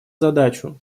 задачу